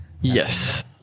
Yes